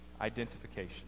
identification